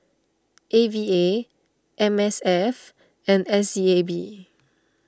A V A M S F and S C A B